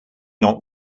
not